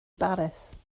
baris